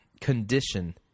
condition